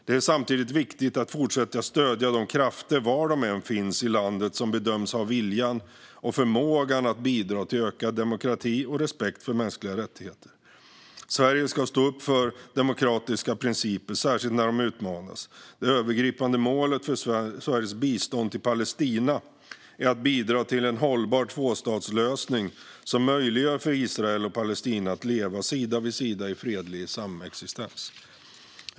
Det är samtidigt viktigt att fortsätta stödja de krafter i landet, var de än finns, som bedöms ha viljan och förmågan att bidra till ökad demokrati och respekt för mänskliga rättigheter. Sverige ska stå upp för demokratiska principer, särskilt när de utmanas. Det övergripande målet för Sveriges bistånd till Palestina är att bidra till en hållbar tvåstatslösning som möjliggör för Israel och Palestina att leva sida vid sida i fredlig samexistens.